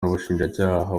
n’ubushinjacyaha